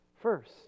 first